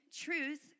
truth